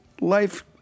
Life